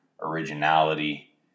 originality